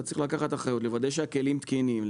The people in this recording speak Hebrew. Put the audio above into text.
אתה צריך לקחת אחריות ולוודא שהכלים תקינים,